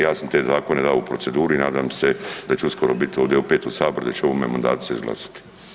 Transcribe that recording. Ja sam te zakone dao u proceduru i nadam se da će uskoro biti opet ovdje u saboru i da će u ovome mandatu se izglasat.